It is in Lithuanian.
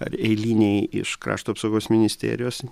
ar eiliniai iš krašto apsaugos ministerijos